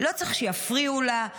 לא צריך שיפריעו לה.